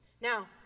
Now